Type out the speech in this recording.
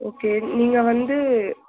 okay நீங்கள் வந்து